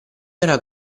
era